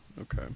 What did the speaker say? okay